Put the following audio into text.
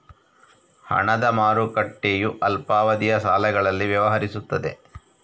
ಹಣದ ಮಾರುಕಟ್ಟೆಯು ಅಲ್ಪಾವಧಿಯ ಸಾಲಗಳಲ್ಲಿ ವ್ಯವಹರಿಸುತ್ತದೆ